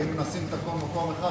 ואם נשים את הכול במקום אחד,